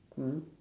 mm